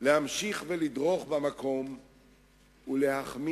להמשיך ולדרוך במקום ולהחמיץ